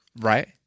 Right